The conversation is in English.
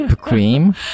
cream